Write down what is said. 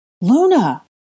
Luna